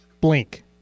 blink